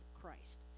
Christ